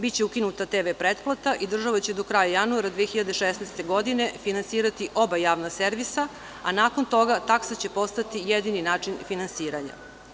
Biće ukinuta TV pretplata i država će do kraja januara 2016. godine finansirati oba javna servisa, a nakon toga taksa će postati jedini način za finansiranje.